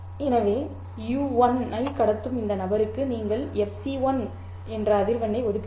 எனவே u1 ஐ கடத்தும் இந்த நபருக்கு நீங்கள் fc1 இன் அதிர்வெண்ணை ஒதுக்குகிறீர்கள்